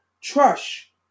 trash